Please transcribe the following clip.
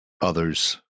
others